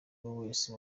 wese